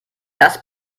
das